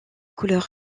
couleur